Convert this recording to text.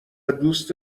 دوست